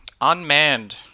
Unmanned